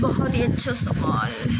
بہت ہی اچھا سوال